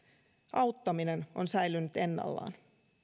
auttaminen on säilynyt ennallaan